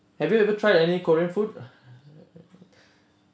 have you ever tried any korean food